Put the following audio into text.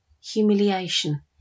humiliation